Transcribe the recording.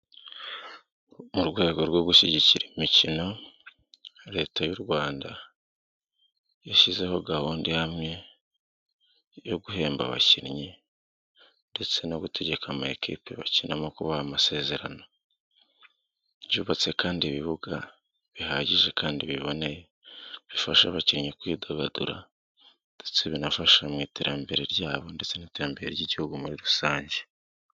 Mu rwego rwo gushyigikira imikino, leta y'u rwanda yashyizeho gahunda ihamye yo guhemba abakinnyi ndetse no gutegeka amakipe bakinamo kubaha amasezerano. Yubatse kandi ibibuga bihagije kandi biboneye bifasha abakinnyi kwidagadura ndetse binafasha mu iterambere ryabo ndetse n'iterambere ry'igihugu muri rusange.